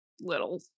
little